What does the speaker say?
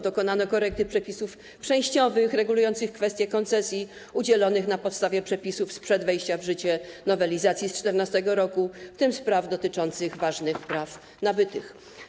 Dokonano korekty przepisów przejściowych regulujących kwestię koncesji udzielonych na podstawie przepisów sprzed wejścia w życie nowelizacji z 2014 r., w tym spraw dotyczących ważnych praw nabytych.